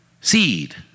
seed